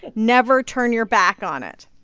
never turn your back on it.